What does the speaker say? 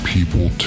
People